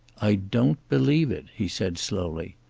i don't believe it, he said slowly.